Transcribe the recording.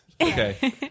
Okay